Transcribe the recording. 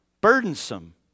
burdensome